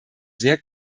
sehr